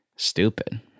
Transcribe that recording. Stupid